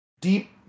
deep